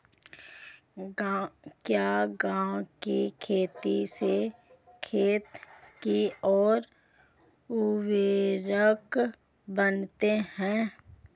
क्या ग्वार की खेती से खेत की ओर उर्वरकता बढ़ती है?